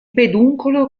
peduncolo